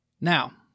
Now